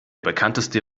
bekannteste